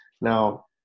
Now